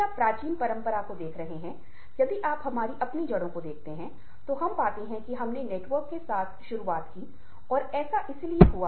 यदि आप मूल रूप से आत्म जागरूकता और आत्म प्रबंधन को देखते हैं तो यह व्यक्तिगत दक्षता है